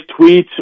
tweets